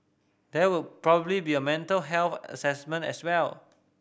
there would probably be a mental health assessment as well